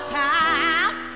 time